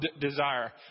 desire